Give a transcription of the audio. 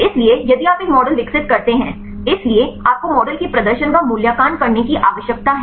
इसलिए यदि आप एक मॉडल विकसित करते हैं इसलिए आपको मॉडल के प्रदर्शन का मूल्यांकन करने की आवश्यकता है